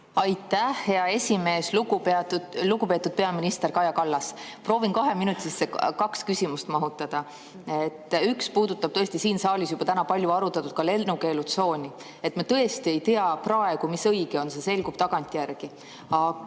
Aitäh, hea esimees! Lugupeetud peaminister Kaja Kallas! Proovin kahe minuti sisse kaks küsimust mahutada. Üks puudutab siin saalis juba täna palju arutatud lennukeelutsooni. Me tõesti ei tea praegu, mis õige on, see selgub tagantjärgi.